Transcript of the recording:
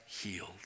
healed